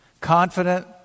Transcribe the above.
confident